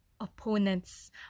opponents